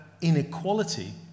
inequality